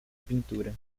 pintura